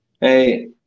Hey